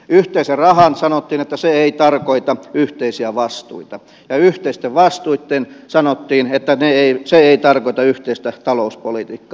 yhteisestä rahasta sanottiin että se ei tarkoita yhteisiä vastuita ja yhteisistä vastuista sanottiin että se ei tarkoita yhteistä talouspolitiikkaa